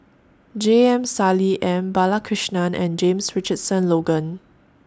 J M Sali M Balakrishnan and James Richardson Logan